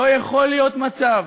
לא יכול להיות מצב